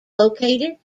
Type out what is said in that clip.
located